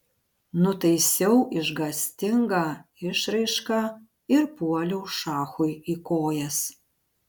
nutaisiau išgąstingą išraišką ir puoliau šachui į kojas